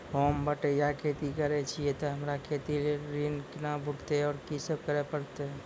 होम बटैया खेती करै छियै तऽ हमरा खेती लेल ऋण कुना भेंटते, आर कि सब करें परतै?